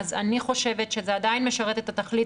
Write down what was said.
אז אני חושבת שזה עדיין משרת את התכלית